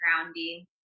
grounding